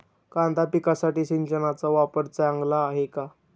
कांदा पिकासाठी सिंचनाचा वापर चांगला आहे का?